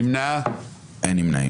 אין נמנעים.